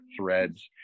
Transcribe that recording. threads